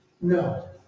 No